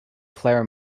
clair